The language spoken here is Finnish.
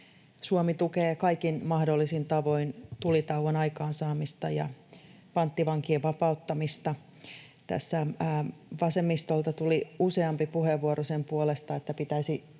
Suomi tukee kaikin mahdollisin tavoin tulitauon aikaansaamista ja panttivankien vapauttamista. Tässä vasemmistolta tuli useampi puheenvuoro sen puolesta,